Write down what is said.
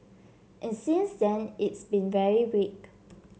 and since then it's been very weak